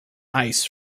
ice